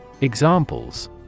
Examples